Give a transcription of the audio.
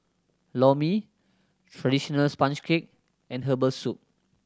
Lor Mee traditional sponge cake and herbal soup